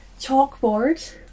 chalkboard